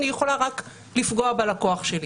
אני יכולה רק לפגוע בלקוח שלי.